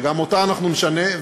וגם אותה אנחנו נשנה.